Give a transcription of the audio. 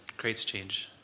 creates change.